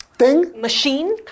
machine